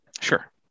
Sure